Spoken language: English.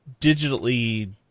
digitally